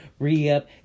Reup